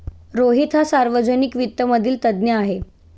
रोहित हा सार्वजनिक वित्त मधील तज्ञ आहे